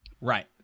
Right